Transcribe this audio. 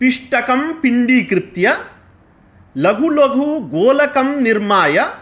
पिष्टकं पिण्डीकृत्य लघुलघुगोलकं निर्माय